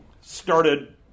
started